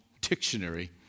dictionary